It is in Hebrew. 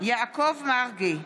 יעקב מרגי,